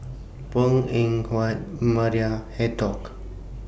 Png Eng Huat Maria